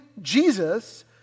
Jesus